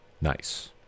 nice